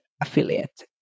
affiliate